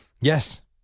Yes